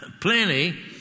plenty